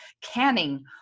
canning